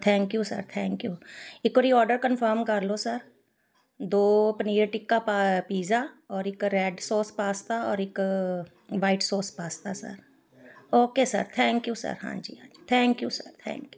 thank you sir thank you ਇੱਕ ਵਾਰੀ order confirm ਕਰ ਲਉ ਸਰ ਦੋ ਪਨੀਰ ਟਿੱਕਾ ਪ ਪੀਜ਼ਾ ਔਰ ਇੱਕ ਰੈੱਡ ਸੋਸ ਪਾਸਤਾ ਔਰ ਇੱਕ white sauce pasta sir okay sir thank you sir ਹਾਂਜੀ ਹਾਂਜੀ thank you sir thank you